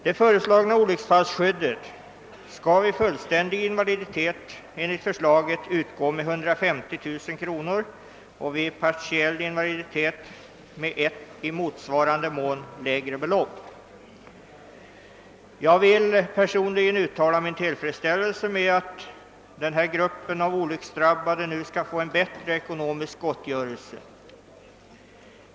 Det föreslagna olycksfallsskyddet skall vid fullständig invaliditet utgå med 150 000 kronor och vid partiell invaliditet med ett i motsvarande mån lägre belopp. Jag vill personligen uttala min tillfredsställelse med att denna grupp av olycksdrabbade nu skall få bättre ekonomisk gottgörelse.